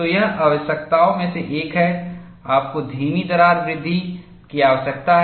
तो यहां आवश्यकताओं में से एक है आपको धीमी दरार वृद्धि की आवश्यकता है